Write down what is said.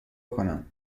کنم